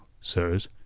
sirs